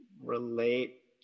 relate